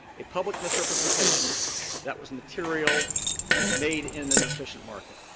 a public misrepresentation that was material made in an efficient market.